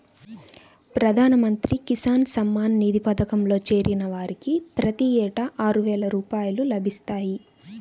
ప్రధాన మంత్రి కిసాన్ సమ్మాన్ నిధి పథకంలో చేరిన వారికి ప్రతి ఏటా ఆరువేల రూపాయలు లభిస్తాయి